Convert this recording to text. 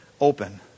open